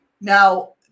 Now